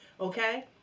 okay